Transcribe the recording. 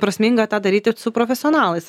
prasminga tą daryti su profesionalais